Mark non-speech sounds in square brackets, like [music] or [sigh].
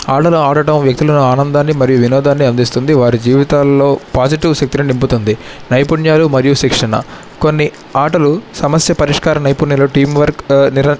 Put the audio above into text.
ఆటలు ఆడటం వ్యక్తిలోని ఆనందాన్ని మరీ వినోదాన్ని అందిస్తుంది వారి జీవితాల్లో పాజిటివ్ శక్తిని నింపుతుంది నైపుణ్యాలూ మరియూ శిక్షణా కొన్ని ఆటలు సమస్య పరిష్కార నైపుణ్యాలు టీమ్వర్క్ [unintelligible]